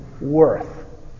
worth